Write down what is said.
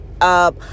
up